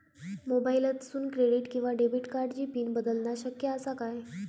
मोबाईलातसून क्रेडिट किवा डेबिट कार्डची पिन बदलना शक्य आसा काय?